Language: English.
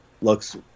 looks